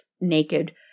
naked